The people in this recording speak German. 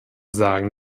sagen